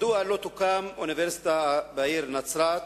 1. מדוע לא תוקם אוניברסיטה בעיר נצרת?